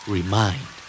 Remind